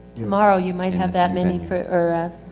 tomorrow you might have that many for er,